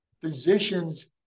physicians